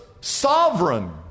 sovereign